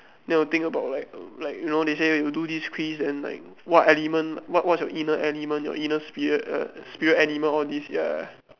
then you will think about like like you know they say when you do this quiz then like what element what what's your inner element your inner spirit err spirit animal all these ya